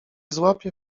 złapie